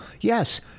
yes